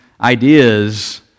ideas